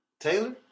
Taylor